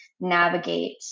navigate